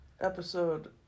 Episode